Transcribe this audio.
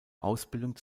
ausbildung